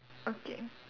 okay